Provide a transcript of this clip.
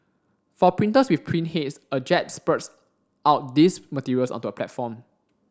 for printers with print heads a jet spurts out these materials onto a platform